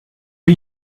are